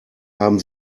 haben